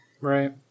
Right